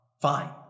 fine